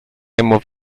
hemos